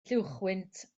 lluwchwynt